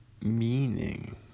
Meaning